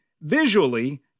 visually